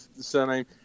surname